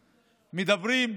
מדברים: